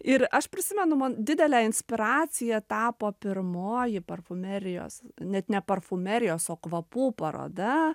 ir aš prisimenu man didele inspiracija tapo pirmoji parfumerijos net ne parfumerijos o kvapų paroda